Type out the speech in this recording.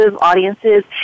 audiences